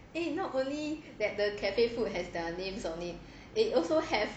eh not only that the cafe food has their names on it they also have